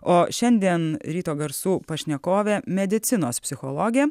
o šiandien ryto garsų pašnekovė medicinos psichologė